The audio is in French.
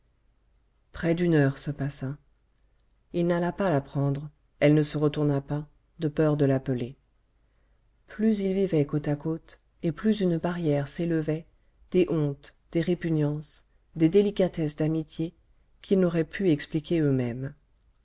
près d'une heure se passa il n'alla pas la prendre elle ne se retourna pas de peur de l'appeler plus ils vivaient côte à côte et plus une barrière s'élevait des hontes des répugnances des délicatesses d'amitié qu'ils n'auraient pu expliquer eux-mêmes